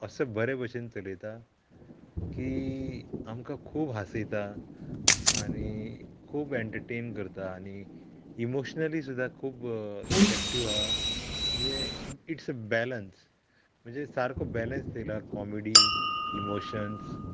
असो बरे भशेन चलयता की आमकां खूब हांसयता आनी खूब एन्टर्टेन करता आनी इमोशनली सुद्दां खूब इफेक्टीव आहा म्हणजे इट्स अ बॅलंस म्हणजे सारको बॅलंस थेयला कॉमेडी इमोशन्स